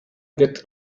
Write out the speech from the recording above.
get